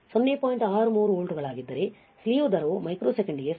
63 ವೋಲ್ಟ್ಗಳಾಗಿದ್ದರೆ ಸ್ಲೀವ್ ದರವು ಮೈಕ್ರೊಸೆಕೆಂಡಿಗೆ 0